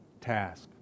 task